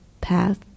Path